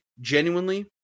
genuinely